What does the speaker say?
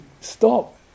stop